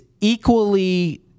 equally